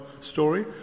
story